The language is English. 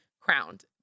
crowned